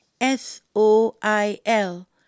S-O-I-L